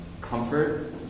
comfort